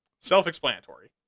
Self-explanatory